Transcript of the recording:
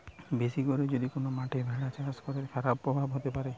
বেশি করে যদি কোন মাঠে ভেড়া চরে, তার খারাপ প্রভাব হতে পারে